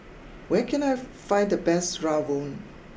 where can I find the best Rawon